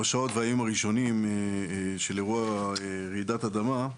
בשעות והימים הראשונים של אירוע רעידת אדמה,